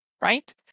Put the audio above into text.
right